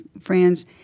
friends